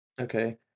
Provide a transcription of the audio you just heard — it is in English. Okay